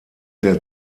der